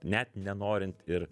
net nenorint ir